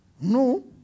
No